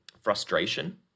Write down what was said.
frustration